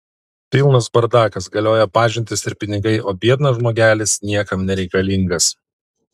pilnas bardakas galioja pažintys ir pinigai o biednas žmogelis niekam nereikalingas